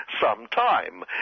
sometime